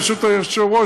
ברשות היושב-ראש,